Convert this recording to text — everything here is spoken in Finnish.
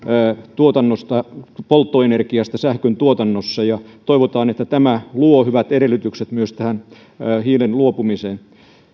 tuotannosta polttoenergiasta sähköntuotannossa ja toivotaan että tämä luo hyvät edellytykset myös tähän hiilestä luopumiseen